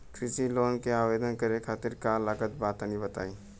कृषि लोन के आवेदन करे खातिर का का लागत बा तनि बताई?